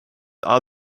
are